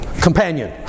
companion